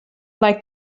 lai